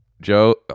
Joe